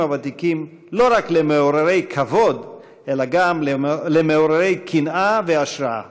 הוותיקים לא רק למעוררי כבוד אלא גם למעוררי קנאה והשראה.